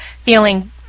feeling